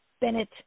Bennett